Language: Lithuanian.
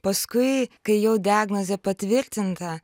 paskui kai jau diagnozė patvirtinta